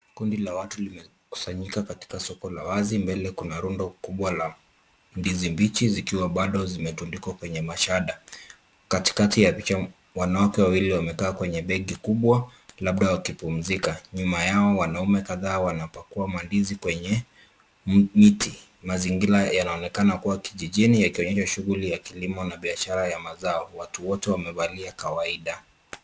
Kundi la watu limekusanyika katika soko la wazi, mbele kuna rundo kubwa la ndizi mbichi zikiwa bado zimetundikwa kwenye mashada. Katikati ya picha, wanawake wawili wamekaa kwenye begi kubwa, labda wakipumzika, nyuma yao wanaume kadhaa wanapakua mandizi kwenye miti. Mazingira yanaonekana kuwa kijijini yakionyesha shughuli ya kilimo na biashara ya mazao. Watu wote wamevalia kawaida.